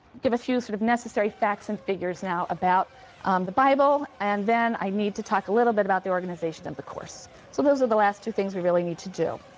give a few sort of necessary facts and figures now about the bible and then i need to talk a little bit about the organization of the course. so those are the last two things we really need to do.